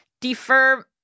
defer